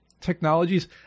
technologies